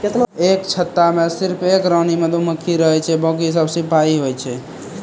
एक छत्ता मॅ सिर्फ एक रानी मधुमक्खी रहै छै बाकी सब सिपाही होय छै